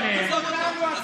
כשדופקים אותנו את